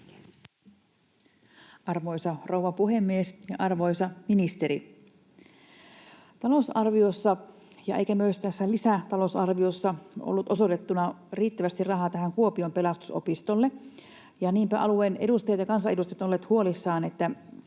Arvoisa rouva puhemies ja arvoisa ministeri! Talousarviossa ei, eikä myöskään tässä lisätalousarviossa, ollut osoitettuna riittävästi rahaa Kuopion Pelastusopistolle, ja niinpä alueen edustajat ja kansanedustajat ovat olleet huolissaan siitä,